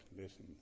Listen